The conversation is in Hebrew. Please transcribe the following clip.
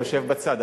יושב בצד,